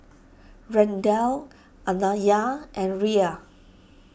Randel Anaya and Rhea